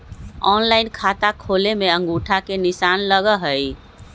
Online खाता खोले में अंगूठा के निशान लगहई?